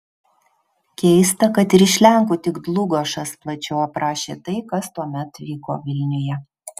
keista kad ir iš lenkų tik dlugošas plačiau aprašė tai kas tuomet vyko vilniuje